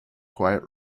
quiet